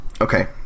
Okay